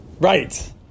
Right